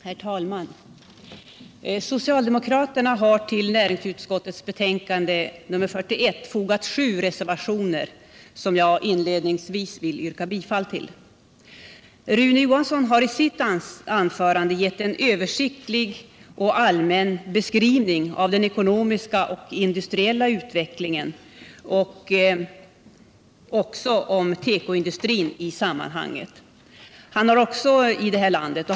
Herr talman! Socialdemokraterna har till näringsutskottets betänkande 1977/78:41 fogat sju reservationer som jag inledningsvis vill yrka bifall till. Rune Johansson i Ljungby har i sitt anförande gett en översiktlig och allmän beskrivning av den ekonomiska och industriella utvecklingen och också om tekoindustrin i sammanhanget i det här landet.